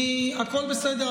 הכול בסדר,